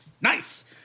Nice